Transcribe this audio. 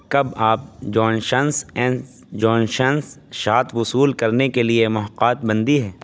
کب آپ جان شنس اینڈ جان شنس شات وصول کرنے کے لیے محتاط بندی ہیں